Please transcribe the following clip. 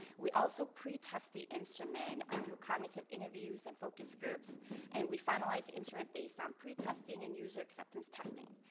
we also pre-test the instrument ah through cognitive interviews and focus groups and we finalize instrument based on pretesting and user acceptance testing.